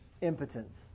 impotence